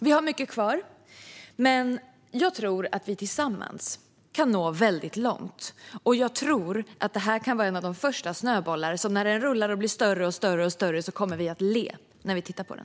Vi har mycket kvar, men jag tror att vi tillsammans kan nå väldigt långt. Jag tror också att detta kan vara en av de första snöbollarna och att vi när den rullar och blir allt större kommer att le när vi tittar på den.